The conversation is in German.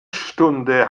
stunde